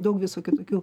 daug visokių tokių